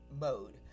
mode